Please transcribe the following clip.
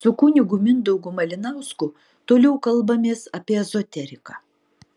su kunigu mindaugu malinausku toliau kalbamės apie ezoteriką